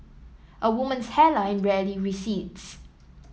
a woman's hairline rarely recedes